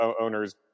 owners